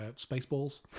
Spaceballs